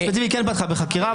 היא כן פתחה בחקירה.